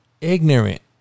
ignorant